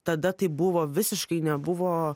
tada tai buvo visiškai nebuvo